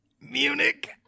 Munich